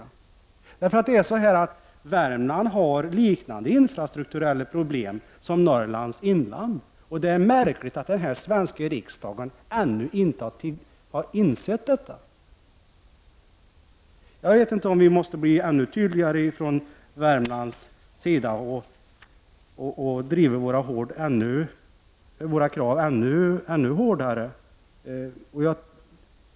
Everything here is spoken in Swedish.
Värmland har infrastrukturella problem liknande problemen i Norrlands inland. Det är märkligt att den svenska riksdagen ännu inte har insett detta. Jag vet inte om vi måste bli ännu tydligare från Värmland och driva våra krav ännu hårdare.